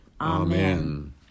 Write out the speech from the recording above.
Amen